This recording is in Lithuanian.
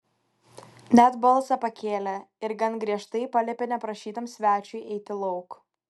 net balsą pakėlė ir gan griežtai paliepė neprašytam svečiui eiti lauk